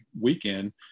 weekend